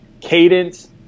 cadence